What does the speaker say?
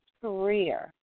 career